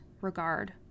regard